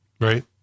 Right